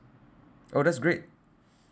oh that's great